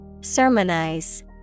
Sermonize